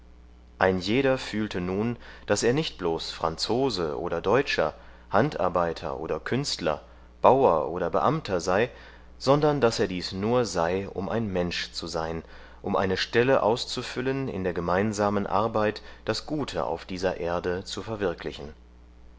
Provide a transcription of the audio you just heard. ein jeder fühlte nun daß er nicht bloß franzose oder deutscher handarbeiter oder künstler bauer oder beamter sei sondern daß er dies nur sei um ein mensch zu sein um eine stelle auszufüllen in der gemeinsamen arbeit das gute auf dieser erde zu verwirklichen